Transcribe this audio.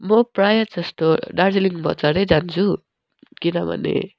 म प्राय जस्तो दार्जिलिङ बजारै जान्छु किनभने